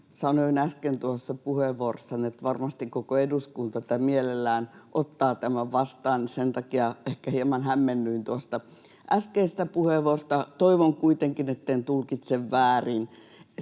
Sanoin äsken tuossa puheenvuorossani, että varmasti koko eduskunta mielellään ottaa tämän vastaan. Sen takia ehkä hieman hämmennyin tuosta äskeisestä puheenvuorosta. Toivon kuitenkin, etten tulkitse sitä